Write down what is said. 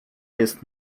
jest